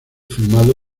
filmado